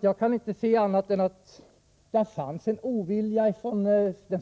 Jag kan därför inte se annat än att det fanns en ovilja från den